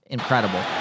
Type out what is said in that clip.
Incredible